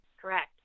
Correct